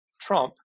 Trump